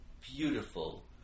beautiful